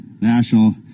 National